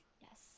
Yes